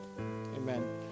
Amen